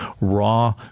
raw